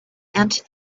into